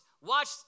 watch